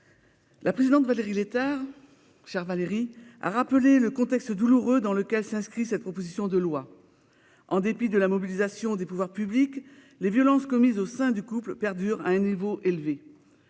collègues, Valérie Létard a rappelé le contexte douloureux dans lequel s'inscrit cette proposition de loi. En dépit de la mobilisation des pouvoirs publics, les violences commises au sein du couple perdurent à un niveau élevé.